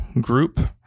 group